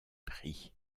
pris